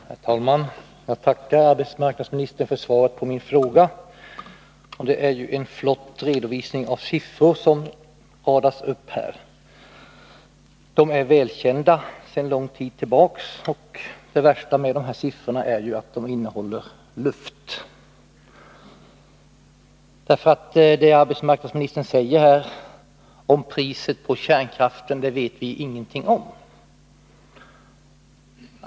Herr talman! Jag tackar arbetsmarknadsministern för svaret på min fråga. Det var ju en flott redovisning. Siffror radas upp. Men siffrorna är väl kända sedan lång tid tillbaka, och det värsta är att de innehåller luft. Arbetsmarknadsministern talar här om priset på kärnkraften, men vi vet ju ingenting om den saken.